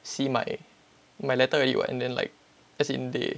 see my my letter already [what] and then like as in they